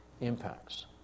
impacts